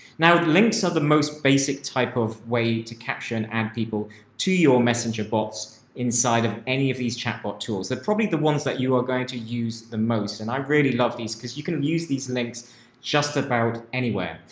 now links are the most basic type of way to capture and add people to your messenger bots. inside of any of these chat bot tools. they're probably the ones that you are going to use the most. and i really love these because you can use these links just about anywhere,